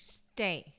stay